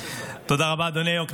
תודה רבה, אדוני היו"ר.